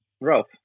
Ralph